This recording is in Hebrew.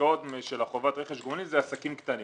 מהעסקאות של חובת רכש הגומלין אלו עסקים קטנים.